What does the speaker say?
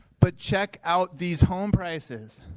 but check out these home prices.